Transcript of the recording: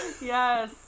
Yes